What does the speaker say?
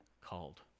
called